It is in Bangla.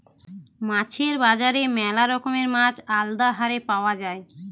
মাছের বাজারে ম্যালা রকমের মাছ আলদা হারে পাওয়া যায়